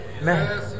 man